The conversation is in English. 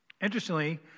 Interestingly